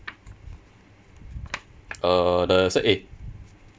uh the set A